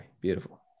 Beautiful